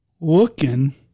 looking